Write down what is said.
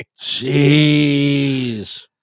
Jeez